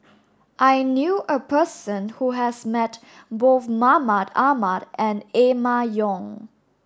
I knew a person who has met both Mahmud Ahmad and Emma Yong